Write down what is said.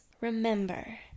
remember